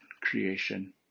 creation